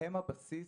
הם הבסיס